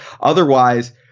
Otherwise